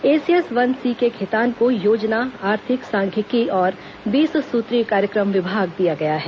ACS वन CK Khetan को योजना आर्थिक सांख्यिकी और बीस सूत्रीय कार्यक्रम विभाग दिया गया है